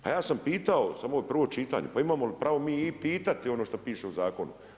Pa ja sam pitao samo je prvo čitanje, pa imamo li mi pravo i pitati ono što piše u zakonu.